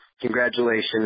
Congratulations